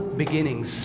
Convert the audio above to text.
beginnings